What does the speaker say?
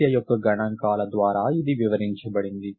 సమస్య యొక్క గణాంకాల ద్వారా ఇది వివరించబడింది